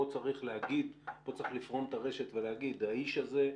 פה צריך לפרום את הרשת ולהגיד: האיש הזה,